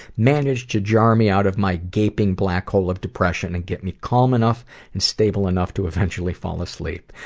managed to jar me out of my gaping black hole of depression and get me calm enough and stable enough to eventually fall asleep.